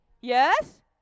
yes